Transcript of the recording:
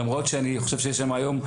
למרות שאני חושב שיש שם היום,